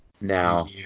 Now